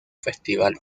festival